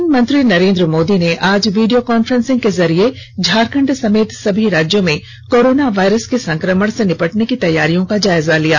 प्रधानमंत्री नरेन्द्र मोदी ने आज वीडियो कांफ्रेंसिंग के जरिये झारखंड समेत सभी राज्यों में कोरोना वायरस के संकमण से निपटने की तैयारियों का जायजा लिया